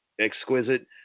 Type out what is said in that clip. exquisite